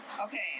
Okay